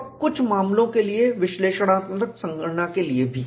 और कुछ मामलों के लिए विश्लेषणात्मक संगणना के लिए भी